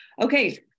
Okay